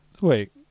wait